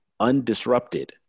undisrupted